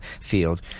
field